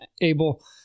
Abel